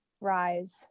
Rise